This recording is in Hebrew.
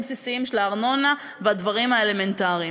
בסיסיים של הארנונה והדברים האלמנטריים,